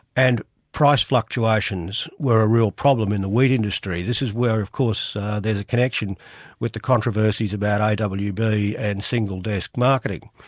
and price fluctuations were a real problem in the wheat industry. this is where of course there's a connection with the controversies about awb and single-desk marketing.